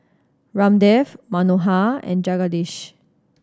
Ramdev Manohar and Jagadish